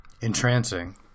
entrancing